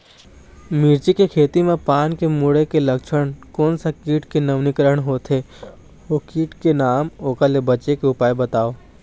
मिर्ची के खेती मा पान के मुड़े के लक्षण कोन सा कीट के नवीनीकरण होथे ओ कीट के नाम ओकर ले बचे के उपाय बताओ?